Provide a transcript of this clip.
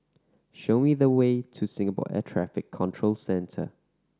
show me the way to Singapore Air Traffic Control Centre